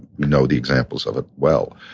know the examples of it well.